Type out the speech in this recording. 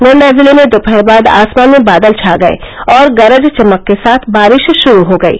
गोण्डा जिले में दोपहर बाद आसमान में बादल छा गये और गरज चमक के साथ बारिष षुरू हो गयी